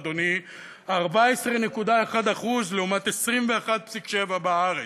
בצרפת, אדוני, 14.1% לעומת 21.7% בארץ.